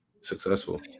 successful